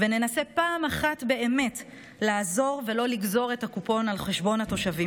וננסה פעם אחת באמת לעזור ולא לגזור את הקופון על חשבון התושבים.